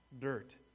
dirt